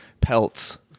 Pelts